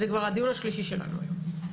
זה כבר הדיון השלישי שלנו היום.